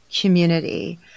community